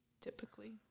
typically